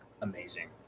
amazing